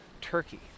turkey